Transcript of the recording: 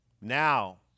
Now